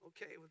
Okay